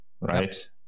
right